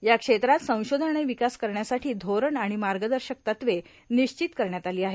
या क्षेत्रात संशोधन आणि विकास करण्यासाठी धोरण आणि मार्गदर्शक तत्वे निश्चित करण्यात आली आहेत